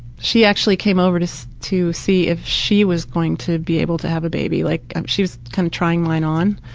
she actually came over to see to see if she was going to be able to have a baby like she was kind of trying mine on.